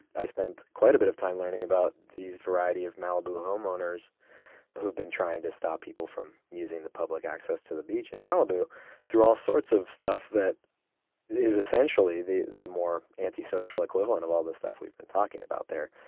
i spent quite a bit of time learning about these variety of malibu homeowners who've been trying to stop people from using the public access to the beach in malibu through all sorts of stuff that is essentially the the more antisocial equivalent of all this stuff we've been talking about there.